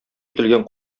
ителгән